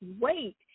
wait